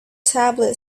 tablet